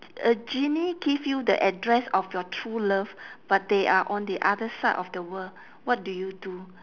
a genie give you the address of your true love but they are on the other side of the world what do you do